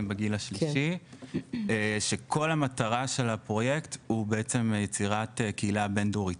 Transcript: בגיל השלישי והוא בעצם ליצירת קהילה בין דורית.